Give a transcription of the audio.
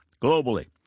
globally